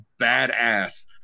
badass